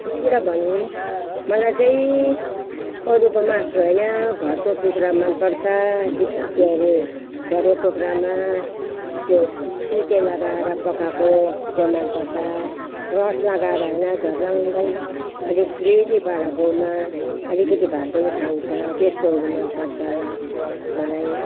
कुरा भनौँ मलाई चाहिँ अरूको मासु होइन घरको कुखुरा मन पर्छ दिएको अरे घरको कुखुरामा त्यो तिते लगाएर पकाएको त्यो मन पर्छ रस लगाएर होइन झर्लङ्गै अलिक ग्रेभी पाराकोमा अलिकति भात पनि खाइन्छ त्यस्तोहरू मन पर्छ मलाई